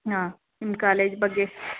ಹಾಂ ನಿಮ್ಮ ಕಾಲೇಜ್ ಬಗ್ಗೆ